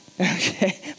Okay